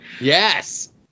Yes